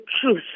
truth